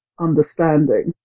understanding